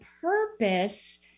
purpose